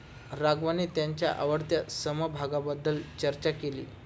राघवने त्याच्या आवडत्या समभागाबद्दल चर्चा केली